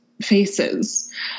faces